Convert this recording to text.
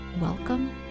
Welcome